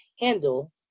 handle